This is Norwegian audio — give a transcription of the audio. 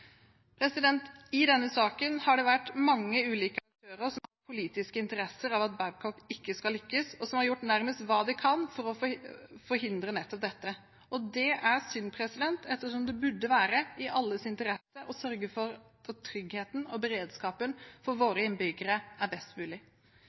I denne saken har det vært mange ulike aktører som har politisk interesse av at Babcock ikke skal lykkes, og som har gjort nærmest hva de kan for å forhindre nettopp dette. Det er synd ettersom det burde være i alles interesse å sørge for at tryggheten og beredskapen for